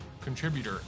contributor